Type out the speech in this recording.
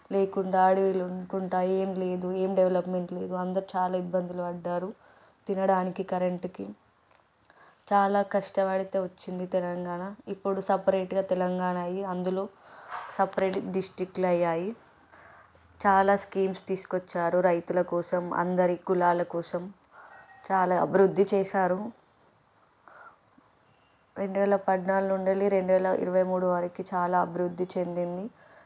లేకుండా అడవిలో ఉండుకుంటా ఏం లేదు ఏం డెవలప్మెంట్ లేదు అందరూ చాలా ఇబ్బందులు పడ్డారు తినడానికి కరెంట్కి చాలా కష్టపడితే వచ్చింది తెలంగాణ ఇప్పుడు సపరేట్గా తెలంగాణ అయి అందులో సపరేట్ డిస్టిక్లు అయ్యాయి చాలా స్కీమ్స్ తీసుకొచ్చారు రైతుల కోసం అందరి కులాల కోసం చాలా అభివృద్ధి చేశారు రెండు వేల పద్నాలుగు నుండెళ్ళి రెండు వేల ఇరవై మూడు వారికి చాలా అభివృద్ధి చెందింది